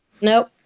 nope